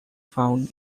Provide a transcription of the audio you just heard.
found